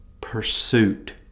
pursuit